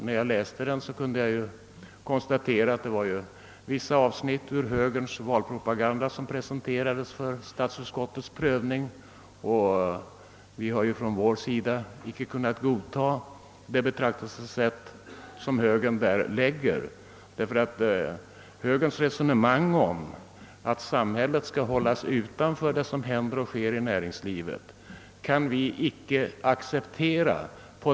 När jag läste den kunde jag konstatera att det var vissa avsnitt ur högerns valpropaganda som i motionen förelades statsutskottet för prövning. Vi har från vår sida inte kunnat godta högerns betraktelsesätt, eftersom vi inte kan acceptera högerns resonemang om att samhället skall hållas utanför det som händer i näringslivet.